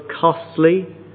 costly